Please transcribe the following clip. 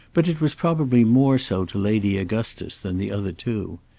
but it was probably more so to lady augustus than the other two.